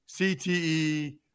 CTE